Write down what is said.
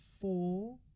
four